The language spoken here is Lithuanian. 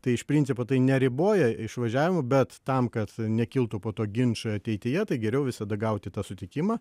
tai iš principo tai neriboja išvažiavimo bet tam kad nekiltų po to ginčai ateityje tai geriau visada gauti tą sutikimą